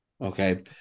Okay